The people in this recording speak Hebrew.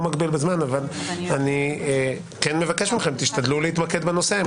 אני לא מגביל בזמן אבל אני כן מבקש מכם להשתדל להתמקד בנושא.